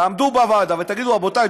תעמדו בוועדה ותגידו: רבותי,